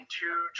two